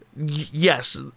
Yes